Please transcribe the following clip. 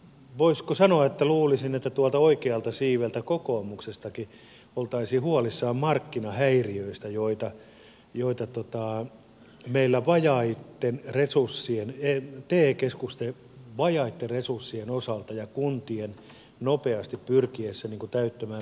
voisiko sanoa että luulisin että tuolta oikealta siiveltä kokoomuksestakin oltaisiin huolissaan markkinahäiriöistä joita meillä te keskusten vajaitten resurssien osalta ja kuntien pyrkiessä nopeasti täyttämään velvoitteensa voi esiintyä